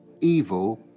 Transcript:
evil